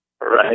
Right